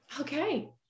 Okay